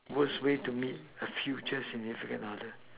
worst way to meet a future significant others